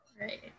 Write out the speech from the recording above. Right